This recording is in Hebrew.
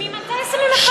אבל ממתי שמים אחד מול השני?